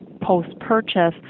post-purchase